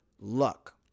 luck